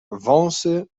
wąsy